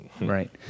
right